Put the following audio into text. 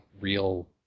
real